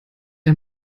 ein